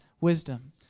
wisdom